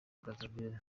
brazzaville